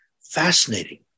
Fascinating